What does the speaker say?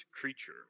creature